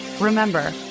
Remember